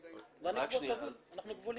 כבולים.